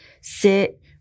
sit